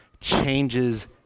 changes